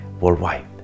worldwide